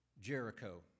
Jericho